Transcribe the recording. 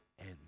end